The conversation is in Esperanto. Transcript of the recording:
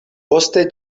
poste